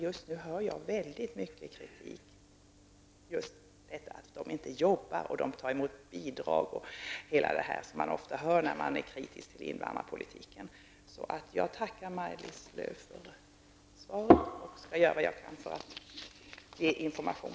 Just nu hör jag väldigt mycket kritik över att asylsökande inte gör någonting, de tar emot bidrag -- sådant som vi ofta hör när folk är kritiska till invandrarpolitiken. Så jag tackar Maj-Lis Lööw för svaret och skall göra vad jag kan för att sprida information.